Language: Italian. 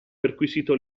perquisito